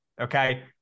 okay